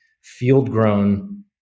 field-grown